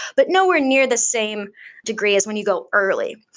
but nowhere near the same degree as when you go early.